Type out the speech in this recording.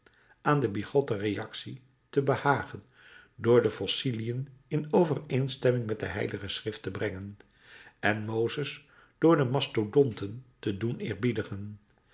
aan de bigotte reactie te behagen door de fossiliën in overeenstemming met de h schrift te brengen en mozes door de mastodonten te doen